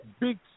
big